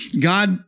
God